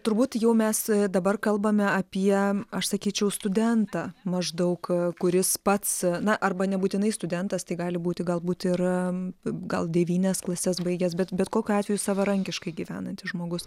turbūt jau mes dabar kalbame apie aš sakyčiau studentą maždaug kuris pats na arba nebūtinai studentas tai gali būti galbūt ir gal devynias klases baigęs bet bet kokiu atveju savarankiškai gyvenantis žmogus